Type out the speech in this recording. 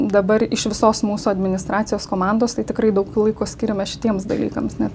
dabar iš visos mūsų administracijos komandos tai tikrai daug laiko skiriame šitiems dalykams nes